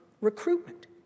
recruitment